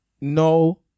No